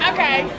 Okay